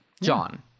john